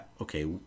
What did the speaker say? okay